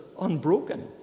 unbroken